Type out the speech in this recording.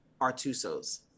Artuso's